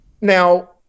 now